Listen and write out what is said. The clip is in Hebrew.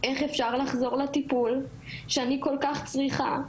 איך אפשר לחזור לטיפול שאני כל כך צריכה,